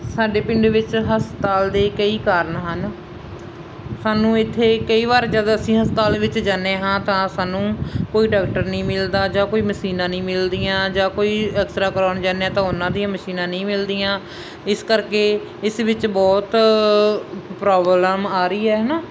ਸਾਡੇ ਪਿੰਡ ਵਿੱਚ ਹਸਪਤਾਲ ਦੇ ਕਈ ਕਾਰਨ ਹਨ ਸਾਨੂੰ ਇੱਥੇ ਕਈ ਵਾਰ ਜਦੋਂ ਅਸੀਂ ਹਸਪਤਾਲ ਵਿੱਚ ਜਾਂਦੇ ਹਾਂ ਤਾਂ ਸਾਨੂੰ ਕੋਈ ਡਾਕਟਰ ਨਹੀਂ ਮਿਲਦਾ ਜਾਂ ਕੋਈ ਮਸ਼ੀਨਾਂ ਨਹੀਂ ਮਿਲਦੀਆਂ ਜਾਂ ਕੋਈ ਐਕਸਰਾ ਐਕਸਰਾ ਕਰਾਉਣ ਜਾਂਦੇ ਹਾਂ ਤਾਂ ਉਹਨਾਂ ਦੀਆਂ ਮਸ਼ੀਨਾਂ ਨਹੀਂ ਮਿਲਦੀਆਂ ਇਸ ਕਰਕੇ ਇਸ ਵਿੱਚ ਬਹੁਤ ਪ੍ਰੋਬਲਮ ਆ ਰਹੀ ਹੈ ਹੈ ਨਾ